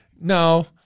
no